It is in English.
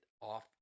off